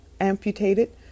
amputated